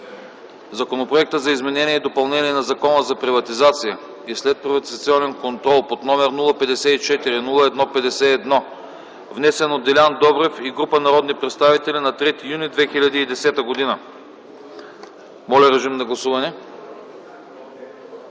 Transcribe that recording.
Законопроект за изменение и допълнение на Закона за приватизация и следприватизационен контрол, № 054-01-51, внесен от Делян Добрев и група народни представители на 3 юни 2010 г. Гласували